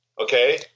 okay